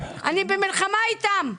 אני במלחמה איתם,